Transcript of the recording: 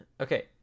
Okay